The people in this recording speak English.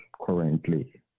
currently